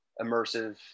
immersive